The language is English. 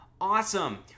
Awesome